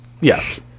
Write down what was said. Yes